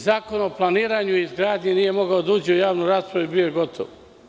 Zakon o planiranju i izgradnji nije mogao da uđe u javnu raspravu, a bio je gotov.